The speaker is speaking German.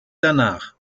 danach